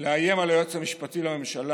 ולאיים על היועץ המשפטי לממשלה,